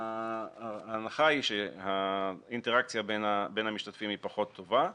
ההנחה היא שהאינטראקציה בין המשתתפים היא פחות טובה,